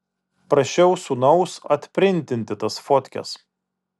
prašiau sūnaus atprintinti tas fotkes